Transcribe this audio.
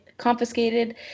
confiscated